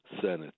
Senate